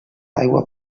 aigua